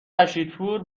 رشیدپور